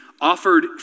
offered